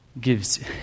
gives